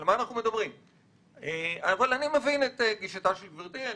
אני מבין את גישתה של גברתי.